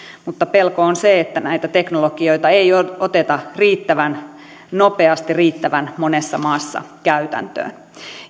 mutta pelko on se että näitä teknologioita ei oteta riittävän nopeasti riittävän monessa maassa käytäntöön